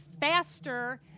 faster